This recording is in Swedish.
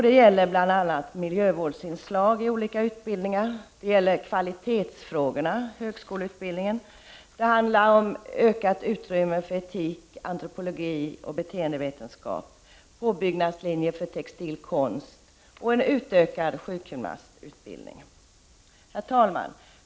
Det gäller bl.a. miljövårdsinslag i olika utbildningar, kvalitetsfrågorna i utbildningen, ökat utrymme för etik, antropologi och beteendevetenskap, påbyggnadslinjer för textilkonst och en utökad sjukgymnastut bildning. Herr talman!